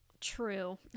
True